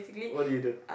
what did you do